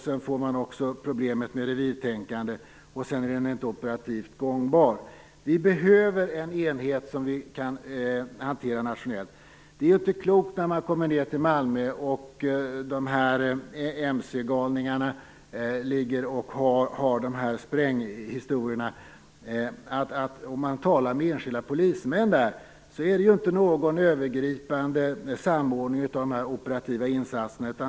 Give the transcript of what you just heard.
Sedan kommer också problemet med revirtänkande och den blir inte operativt gångbar. Vi behöver en enhet som vi kan hantera nationellt. Det är ju inte klokt nere Malmö där de här mcgalningarna har dessa spränghistorier. Om man talar med enskilda polismän där finns det inte någon övergripande samordning av de operativa insatserna.